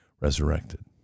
resurrected